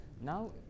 now